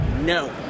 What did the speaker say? No